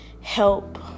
help